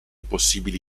possibili